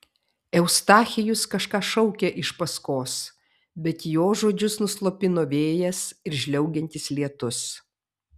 eustachijus kažką šaukė iš paskos bet jo žodžius nuslopino vėjas ir žliaugiantis lietus